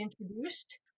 introduced